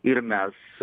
ir mes